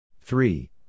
Three